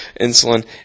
insulin